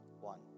one